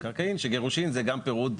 קיבלתי גם מספר פניות,